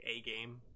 A-game